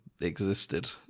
existed